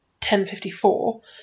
1054